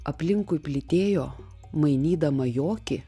aplinkui plytėjo mainydama jokį